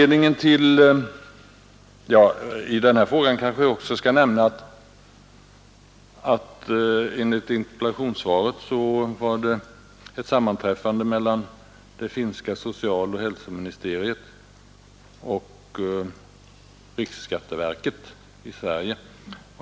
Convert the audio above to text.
Det kanske också bör nämnas att enligt interpellationssvaret har ett sammanträffande ägt rum mellan representanter för bl.a. det finska socialoch hälsoministeriet och riksskatteverket i Sverige.